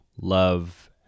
love